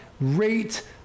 rate